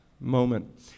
moment